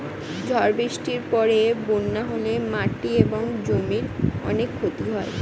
ঝড় বৃষ্টির পরে বন্যা হলে মাটি এবং জমির অনেক ক্ষতি হয়